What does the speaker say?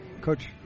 Coach